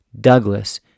Douglas